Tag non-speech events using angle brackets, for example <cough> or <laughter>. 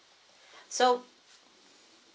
<breath> so